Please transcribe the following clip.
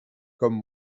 comme